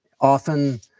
often